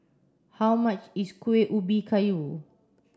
how much is Kuih Ubi Kayu